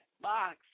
box